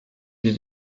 wir